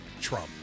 Trump